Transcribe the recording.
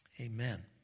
Amen